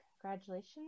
Congratulations